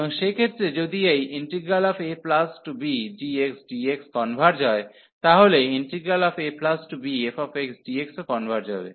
এবং সেক্ষেত্রে যদি এই abgxdx কনভার্জ হয় তাহলে abfxdx ও কনভার্জ হবে